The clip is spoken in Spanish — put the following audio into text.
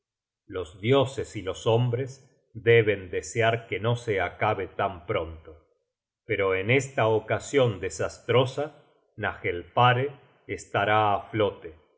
los dioses y los hombres deben desear que no se acabe tan pronto pero en esta ocasion desastrosa nagelfare estará á flote